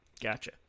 Gotcha